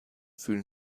fühlen